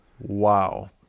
Wow